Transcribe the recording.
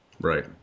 Right